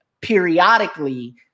periodically